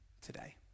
today